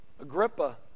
Agrippa